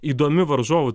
įdomi varžovų